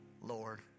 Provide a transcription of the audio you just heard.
Lord